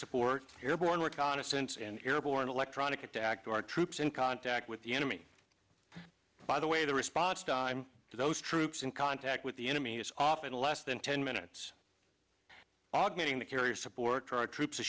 support airborne reconnaissance and airborne electronic attack to our troops in contact with the enemy by the way the response time for those troops in contact with the enemy is often less than ten minutes augmenting the carrier support our troops